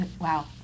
wow